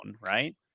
right